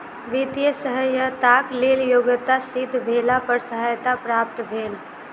वित्तीय सहयताक लेल योग्यता सिद्ध भेला पर सहायता प्राप्त भेल